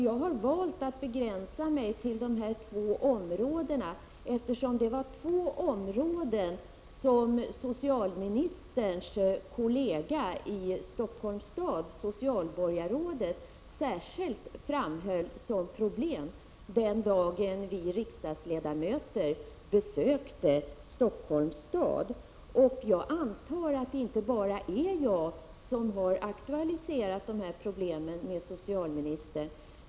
Jag har valt att begränsa mig till dessa två områden, eftersom det var två områden som socialministerns kollega i Stockholms stad, socialborgarrådet, särskilt framhöll som problematiska den dag vi riksdagsledamöter besökte Stockholms stad. Jag antar att det inte bara är jag som har aktualiserat dessa problem med socialministern.